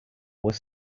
were